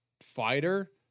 fighter